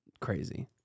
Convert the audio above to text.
Crazy